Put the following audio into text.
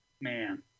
Man